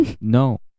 No